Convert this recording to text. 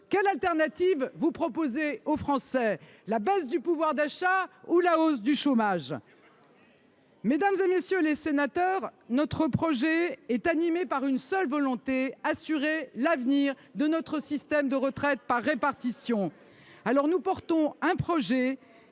de rechange que vous proposez aux Français : la baisse du pouvoir d'achat ou la hausse du chômage ? Démagogie ! Mesdames, messieurs les sénateurs, notre projet est animé par une seule volonté : assurer l'avenir de notre système de retraite par répartition. Nous portons un projet